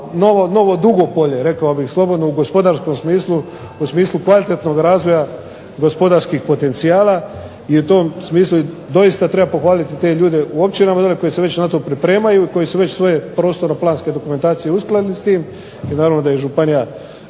novo Dugopolje rekao bih slobodno, u gospodarskom smislu, u smislu kvalitetnog razvoja gospodarskih potencijala. I u tom smislu doista treba pohvaliti te ljude u općinama dolje koji se već na to pripremaju i koji su već svoje prostorno-planske dokumentacije uskladili s tim i naravno da je županija